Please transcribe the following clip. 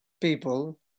people